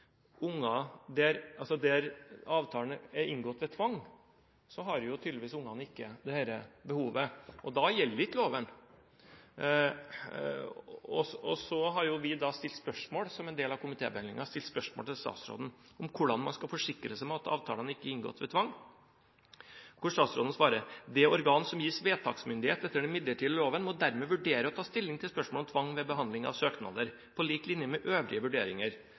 der avtalen er inngått ved tvang, har tydeligvis ikke ungene dette behovet, og da gjelder ikke loven. Som en del av komitébehandlingen har vi stilt spørsmål til statsråden om hvordan man skal forsikre seg om at avtalene ikke er inngått ved tvang. Statsråden svarte: «Det organ som gis vedtaksmyndighet etter den midlertidige loven må dermed vurdere og ta stilling til spørsmål om tvang ved behandling av søknader – på linje med øvrige vurderinger